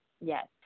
yes